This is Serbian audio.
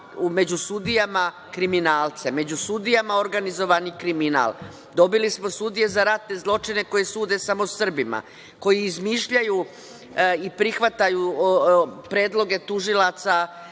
među sudijama kriminalce, među sudijama organizovani kriminal, dobili smo sudije za ratne zločine koji sude samo Srbima, koji izmišljaju i prihvataju predloge tužilaca